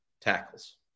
tackles